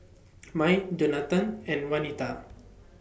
Mai Jonatan and Wanita